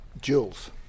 Jewels